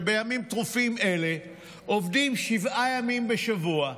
שבימים טרופים אלה עובדים שבעה ימים בשבוע,